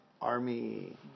army